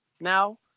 now